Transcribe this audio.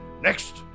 Next